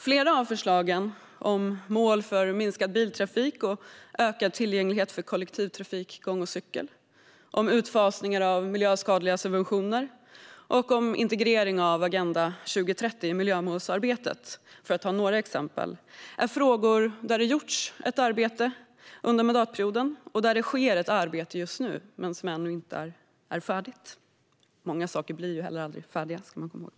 När det gäller förslagen om mål för minskad biltrafik och ökad tillgänglighet för kollektivtrafik, gångtrafik och cykeltrafik, om utfasningar av miljöskadliga subventioner och om integrering av Agenda 2030 i miljömålsarbetet - för att ta några exempel - är det frågor där det har gjorts ett arbete under mandatperioden och där det sker ett arbete just nu som ännu inte är färdigt. Många saker blir heller aldrig färdiga - det ska man komma ihåg.